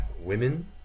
women